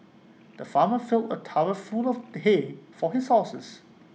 the farmer filled A trough full of the hay for his horses